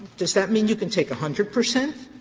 does that mean you can take a hundred percent,